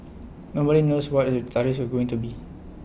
nobody knows what the tariffs are going to be